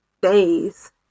days